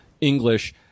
English